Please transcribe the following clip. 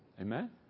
Amen